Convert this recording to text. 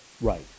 Right